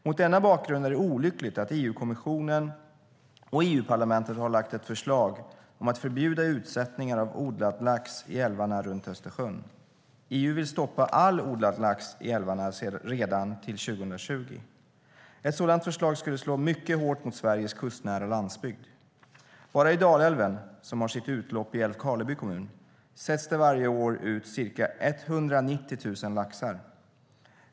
Mot den bakgrunden är det olyckligt att EU-kommissionen och Europaparlamentet har lagt fram ett förslag om att förbjuda utsättning av odlad lax i älvarna runt Östersjön. EU vill stoppa all odlad lax i älvarna redan till 2020. Ett sådant förslag skulle slå mycket hårt mot Sveriges kustnära landsbygd. Bara i Dalälven, som har sitt utlopp i Älvkarleby kommun, sätts det varje år ut ca 190 000 laxar.